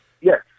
Yes